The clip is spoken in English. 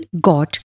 got